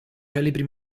celebri